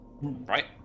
Right